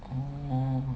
oh